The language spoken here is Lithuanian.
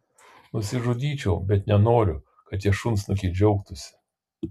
nusižudyčiau bet nenoriu kad tie šunsnukiai džiaugtųsi